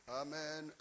amen